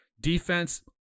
Defense